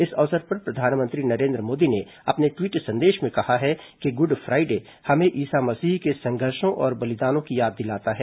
इस अवसर पर प्रधानमंत्री नरेन्द्र मोदी ने अपने ट्वीट संदेश में कहा है कि गुड फ्राइडे हमें ईसा मसीह के संघर्षो और बलिदानों की याद दिलाता है